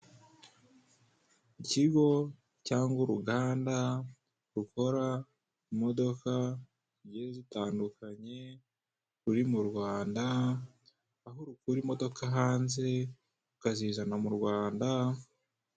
Ikigo cyangwa uruganda rukora imodoka z'igiye zitandukanye ruri mu Rwanda aho rukura imodoka hanze rukazizana mu Rwanda,